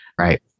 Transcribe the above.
Right